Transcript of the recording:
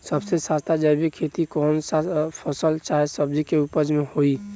सबसे सस्ता जैविक खेती कौन सा फसल चाहे सब्जी के उपज मे होई?